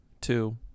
two